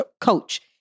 coach